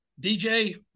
DJ